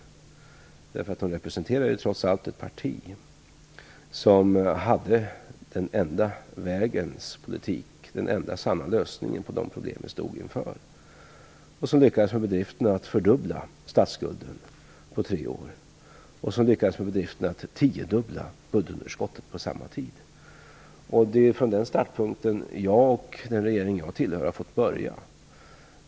Hon representerar trots allt ett parti som drev den enda vägens politik - den enda sanna lösningen på de problem vi stod inför - och som lyckades med bedriften att fördubbla statsskulden på tre år och tiodubbla budgetunderskottet på samma tid. Det är från den startpunkten jag och den regering jag tillhör har fått börja.